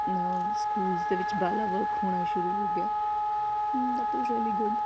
schools ਦੇ ਵਿੱਚ ਬਾਲਾ ਵਰਕ ਹੋਣਾ ਸ਼ੁਰੂ ਹੋ ਗਿਆ ਦੈਟ ਇਜ ਰਿਅਲੀ ਗੁਡ